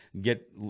get